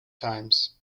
times